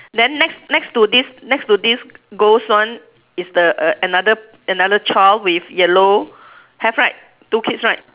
then next next to this next to this ghost one is the another another child with yellow have right two kids right